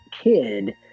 kid